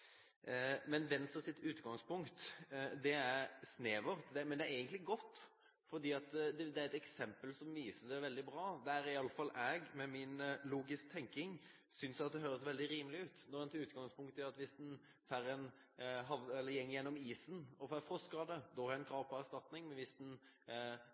utgangspunkt er snevert, men det er egentlig godt. De har et eksempel som viser det ganske bra, og jeg med min logiske tenkning synes at det høres veldig rimelig ut. Når en tar utgangspunkt i at en som går igjennom isen og får frostskader, har krav på erstatning, mens en som er på jobb eller i militæret, og